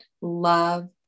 love